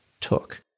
took